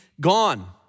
gone